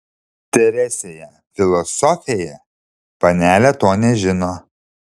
teresėje filosofėje panelė to nežino